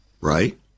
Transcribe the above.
Right